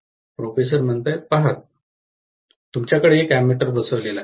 professor पहा तुमच्याकडे एक अॅमेटर बसविला आहे